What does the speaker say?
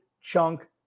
chunk